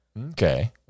Okay